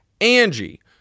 Angie